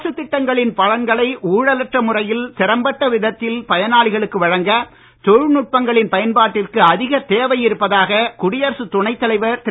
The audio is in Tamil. அரசுத் திட்டங்களின் பலன்களை ஊழலற்ற முறையில் திறம்பட்ட விதக்கில் பயனாளிகளுக்கு வழங்க தொழில்நுட்பங்களின் பயன்பாட்டிற்கு அதிக தேவை இருப்பதாக குடியரசுத் துணைத் தலைவர் திரு